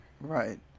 Right